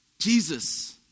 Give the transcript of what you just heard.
Jesus